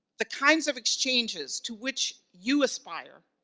the kinds of exchanges to which you aspire,